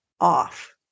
off